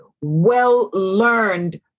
well-learned